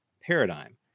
paradigm